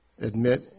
admit